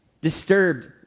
Disturbed